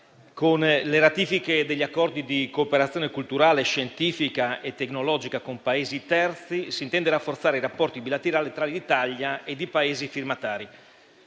Con le ratifiche degli accordi di cooperazione culturale, scientifica e tecnologica con Paesi terzi si intende rafforzare i rapporti bilaterali tra l'Italia e i Paesi firmatari.